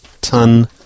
ton